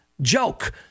joke